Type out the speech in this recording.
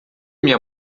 minha